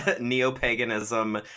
neo-paganism